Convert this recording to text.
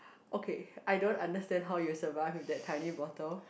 okay I don't understand how you survive with that tiny bottle